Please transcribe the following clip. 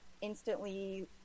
instantly